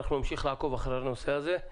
אנחנו נמשיך לעקוב אחרי הנושא זה.